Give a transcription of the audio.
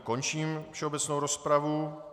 Končím všeobecnou rozpravu.